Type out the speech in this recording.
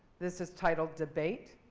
this is titled debate.